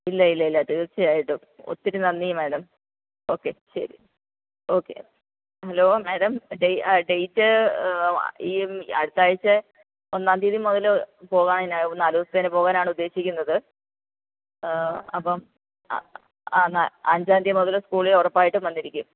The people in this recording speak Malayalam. ഇല്ല ഇല്ല ഇല്ല തീർച്ചയായിട്ടും ഒത്തിരി നന്ദി മേഡം ഓക്കെ ശരി ഓക്കെ ഹലോ മേഡം ആ ഡേ ഡേറ്റ് ഈ അടുത്തയാഴ്ച ഒന്നാം തീയതി മുതല് പോകാനാണ് നാലു ദിവസത്തേന് പോകാനാണ് ഉദ്ദേശിക്കുന്നത് അപ്പോള് ആ ആ അ അഞ്ചാംതീയതി മുതല് സ്കൂളിൽ ഉറപ്പായിട്ടും വന്നിരിക്കും